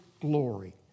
glory